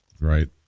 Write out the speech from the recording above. Right